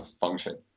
function